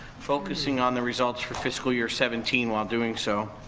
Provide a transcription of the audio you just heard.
focusing on the results for fiscal year seventeen while doing so.